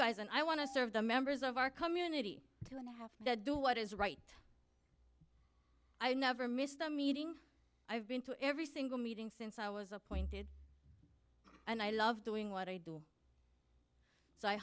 guys and i want to serve the members of our community to help do what is right i never missed a meeting i've been to every single meeting since i was appointed and i love doing what i do so i